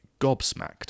gobsmacked